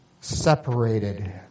Separated